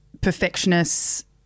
perfectionist